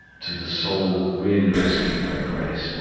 to the soul really rescued by grace,